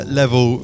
level